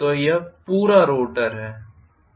तो यह पूरा रोटर है